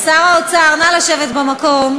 שר האוצר, נא לשבת במקום.